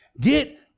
get